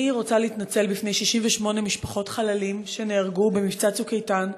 אני רוצה להתנצל בפני 68 משפחות חללים שנהרגו במבצע "צוק איתן",